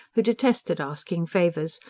who detested asking favours,